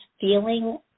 feeling